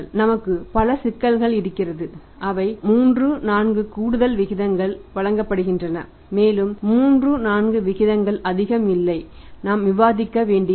நமக்கு பல சிக்கல்கள் இருக்கிறது அவை 34 கூடுதல் விகிதங்கள் வழங்கப்படுகின்றன மேலும் 34 விகிதங்கள் அதிகம் இல்லை நாம் விவாதிக்க வேண்டியிருக்கும்